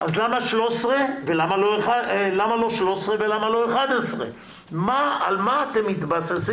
אז למה לא 13 ולמה לא 11. על מה אתם מתבססים